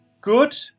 good